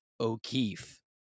O'Keefe